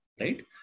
Right